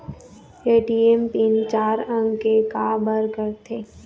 ATM pin चार अंक के का बर करथे?